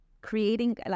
creating